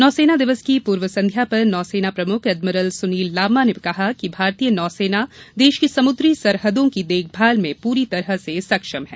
नौसेना दिवस की पूर्व संध्या पर नौसेना प्रमुख एडमिरल सुनील लांबा ने कहा कि भारतीय नौसेना देश की समुद्री सरहदों की देखभाल में पूरी तरह से सक्षम है